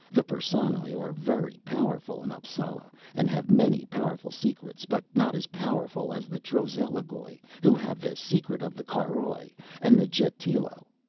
the perssonoj are very powerful in appsala and have many powerful secrets, but not as powerful as the trozelligoj who have the secret of the caroj and the jetilo.